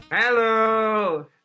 Hello